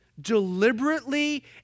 deliberately